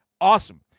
awesome